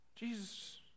Jesus